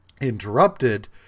interrupted